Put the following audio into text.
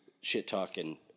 shit-talking